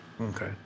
Okay